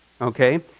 Okay